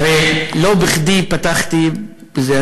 הרי לא בכדי פתחתי בזה.